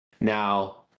Now